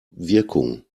wirkung